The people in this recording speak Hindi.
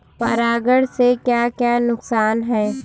परागण से क्या क्या नुकसान हैं?